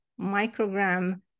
microgram